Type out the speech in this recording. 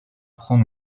prendre